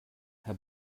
herr